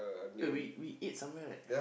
eh we we ate somewhere right